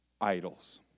idols